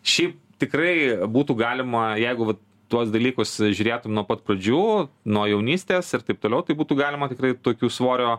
šiaip tikrai būtų galima jeigu vat tuos dalykus žiūrėtum nuo pat pradžių nuo jaunystės ir taip toliau tai būtų galima tikrai tokių svorio